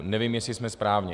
Nevím, jestli jsme správně.